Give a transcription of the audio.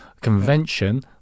convention